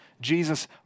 Jesus